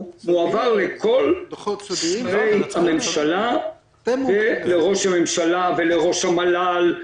הועבר לכל שרי הממשלה ולראש הממשלה וראש המל"ל,